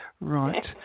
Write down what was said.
Right